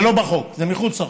זה לא בחוק, זה מחוץ לחוק.